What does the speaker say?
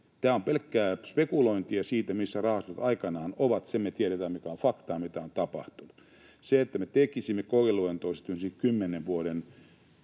Tämä on pelkkää spekulointia siitä, missä rahastot aikanaan ovat. Se me tiedetään, mikä on faktaa ja mitä on tapahtunut. Sen, että me tekisimme koeluontoisesti tämmöisen